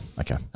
okay